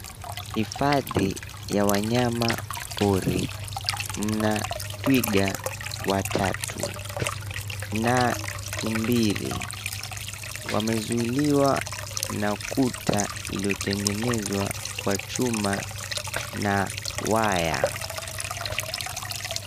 Hifadhi ya wanyama pori. Mna twiga watatu, na tumbili. Wamezuiliwa na kuta iliyotengenezwa kwa chuma na waya.